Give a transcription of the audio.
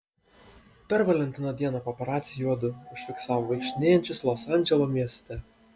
per valentino dieną paparaciai juodu užfiksavo vaikštinėjančius los andželo mieste